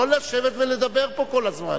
לא לשבת ולדבר פה כל הזמן.